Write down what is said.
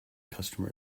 customer